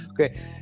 Okay